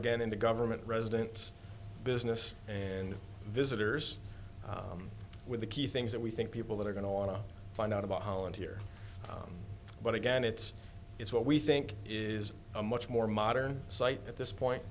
again in the government residents business and visitors with the key things that we think people that are going to want to find out about holland here but again it's it's what we think is a much more modern site at this point